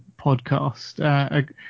podcast